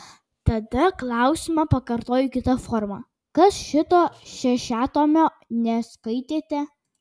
tada klausimą pakartoju kita forma kas šito šešiatomio neskaitėte